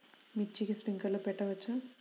మిర్చికి స్ప్రింక్లర్లు పెట్టవచ్చా?